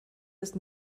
ist